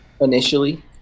initially